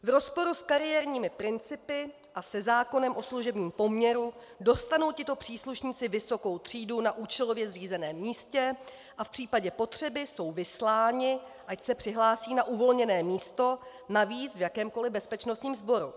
V rozporu s kariérními principy a se zákonem o služebním poměru dostanou tito příslušníci vysokou třídu na účelově zřízeném místě a v případě potřeby jsou vysláni, ať se přihlásí na uvolněné místo, navíc v jakémkoli bezpečnostním sboru.